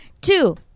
Two